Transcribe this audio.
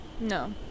No